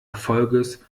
erfolges